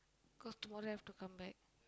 cause tomorrow have to come back